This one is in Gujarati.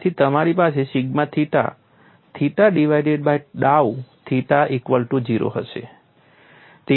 આથી તમારી પાસે sigma theta theta divided by dow theta equal to 0 હશે